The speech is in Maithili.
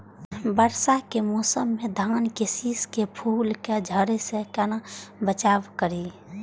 वर्षा के मौसम में धान के शिश के फुल के झड़े से केना बचाव करी?